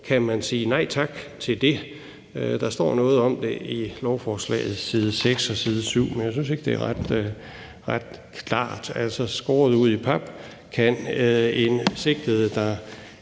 man kan sige nej tak til det. Der står noget om det i lovforslaget på side 6 og 7, men jeg synes ikke, det er ret klart. Skåret ud i pap kan man spørge: Kan